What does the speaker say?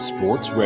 Sports